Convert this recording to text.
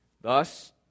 Thus